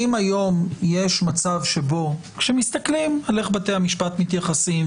אם היום יש מצב שבו כשמסתכלים על איך בתי המשפט מתייחסים,